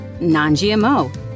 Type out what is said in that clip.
non-GMO